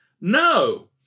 No